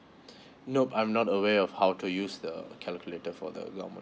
nope I'm not aware of how to use the calculator for the government